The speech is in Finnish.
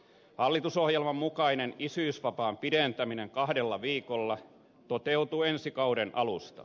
hallitusohjelman mukainen isyysvapaan pidentäminen kahdella viikolla toteutuu ensi kauden alusta